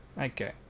Okay